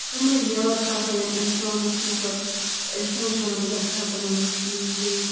تمَے یاد چھِ آسان یِم اِنسانَس مطلب اِنسان چھِ ونان بہٕ گژھٕ ہا تِمَن منٛز بیٚیہِ